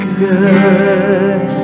good